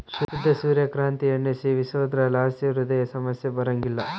ಶುದ್ಧ ಸೂರ್ಯ ಕಾಂತಿ ಎಣ್ಣೆ ಸೇವಿಸೋದ್ರಲಾಸಿ ಹೃದಯ ಸಮಸ್ಯೆ ಬರಂಗಿಲ್ಲ